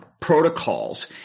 protocols